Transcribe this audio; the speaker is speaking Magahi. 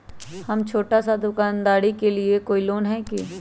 हम छोटा सा दुकानदारी के लिए कोई लोन है कि?